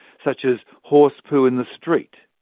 such as horse poo in the street,